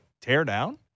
teardown